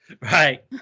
right